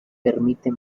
permite